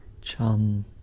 Chum